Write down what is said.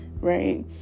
right